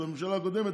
של הממשלה הקודמת,